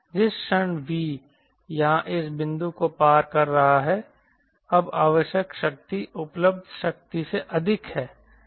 जिस क्षण V यहां इस बिंदु को पार कर रहा है अब आवश्यक शक्ति उपलब्ध शक्ति से अधिक है